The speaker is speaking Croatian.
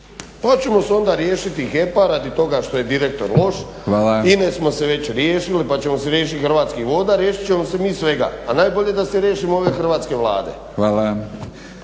Pa ćemo se onda riješiti HEP-a radi toga što je direktor loš, INA-e smo se već riješiti pa ćemo se riješit Hrvatskih voda, riješit ćemo se mi svega, a najbolje da se riješimo ove Hrvatske Vlade. **Batinić,